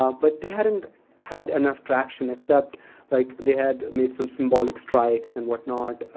um but they hadn't had enough traction, except like they had made some symbolic strikes and whatnot.